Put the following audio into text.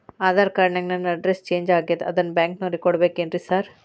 Aadhaar card ನ್ಯಾಗ ನನ್ address change ಆಗ್ಯಾದ ಅದನ್ನ ಬ್ಯಾಂಕಿನೊರಿಗೆ ಕೊಡ್ಬೇಕೇನ್ರಿ ಸಾರ್?